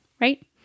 right